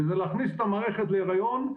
וזה להכניס את המערכת להריון,